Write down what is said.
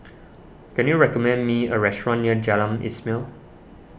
can you recommend me a restaurant near Jalan Ismail